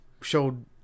showed